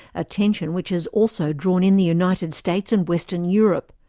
a tension which has also drawn in the united states and western europe.